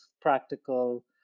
practical